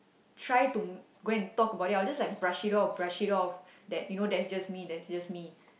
try to go and talk about it I will just like brush it off brush it off that you know that's just me that's just me